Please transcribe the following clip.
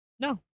No